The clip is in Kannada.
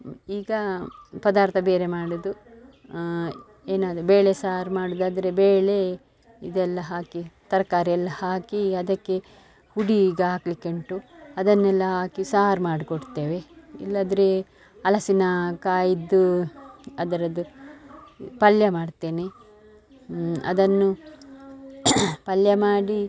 ಈಗ ಪದಾರ್ಥ ಬೇರೆ ಮಾಡುವುದು ಏನಾದ್ರು ಬೇಳೆ ಸಾರು ಮಾಡುವುದಾದ್ರೆ ಬೇಳೆ ಇದೆಲ್ಲಾ ಹಾಕಿ ತರಕಾರಿ ಎಲ್ಲ ಹಾಕಿ ಅದಕ್ಕೆ ಹುಡೀಗೆ ಹಾಕಲಿಕ್ಕುಂಟು ಅದನ್ನೆಲ್ಲಾ ಹಾಕಿ ಸಾರು ಮಾಡಿಕೊಡ್ತೇವೆ ಇಲ್ಲದಿದ್ರೇ ಹಲಸಿನಾ ಕಾಯಿದ್ದು ಅದರದ್ದು ಪಲ್ಯ ಮಾಡ್ತೇನೆ ಅದನ್ನು ಪಲ್ಯ ಮಾಡಿ